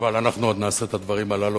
אבל אנחנו עוד נעשה את הדברים הללו,